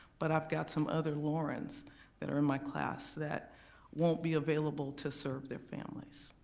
but i've got some other laurens that are in my class that won't be available to serve their families.